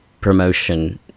promotion